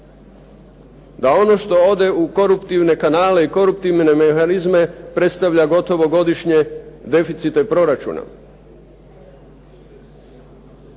Da ono što ode u koruptivne kanale i koruptivne mehanizme predstavlja gotovo godišnje deficite proračuna.